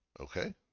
Okay